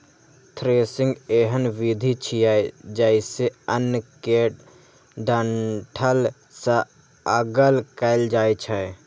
threshing एहन विधि छियै, जइसे अन्न कें डंठल सं अगल कैल जाए छै